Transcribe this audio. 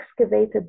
excavated